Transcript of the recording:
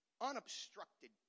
unobstructed